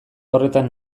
horretan